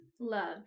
loved